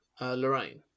Lorraine